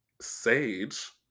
sage